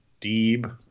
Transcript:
Deeb